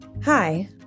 Hi